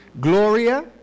Gloria